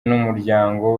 n’umuryango